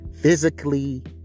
physically